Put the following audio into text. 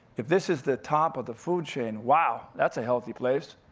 if this is the top of the food chain, wow, that's a healthy place.